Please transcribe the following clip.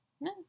No